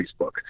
Facebook